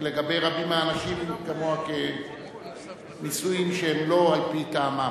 לגבי רבים מהאנשים כמוה כנישואים שהם לא על-פי טעמם.